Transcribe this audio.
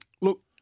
Look